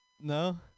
No